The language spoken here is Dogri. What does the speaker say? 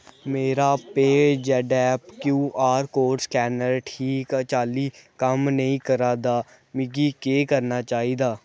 मेरा pay Z app Q R code scanner ठीक चाल्ली कम्म नेईं करा दा मिगी केह् करना चाहिदा